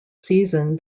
season